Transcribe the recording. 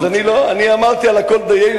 אני אמרתי על הכול "דיינו",